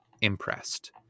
impressed